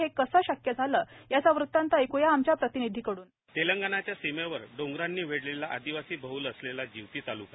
हे कसे शक्य झाले याचा वृत्तात ऐकूयात आमच्या प्रतिनिधी कडून बाइट तेलंगणाच्या सीमेवर डोंगरांनी वेढलेला आदिवासी बहल असलेलं जिवती ताल्का